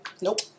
Nope